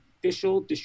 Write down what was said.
official